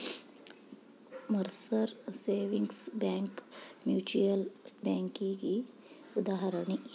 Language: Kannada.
ಮರ್ಸರ್ ಸೇವಿಂಗ್ಸ್ ಬ್ಯಾಂಕ್ ಮ್ಯೂಚುಯಲ್ ಬ್ಯಾಂಕಿಗಿ ಉದಾಹರಣಿ